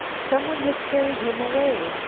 someone has carried him away.